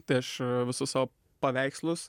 tai aš visus savo paveikslus